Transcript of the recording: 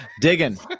digging